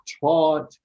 taught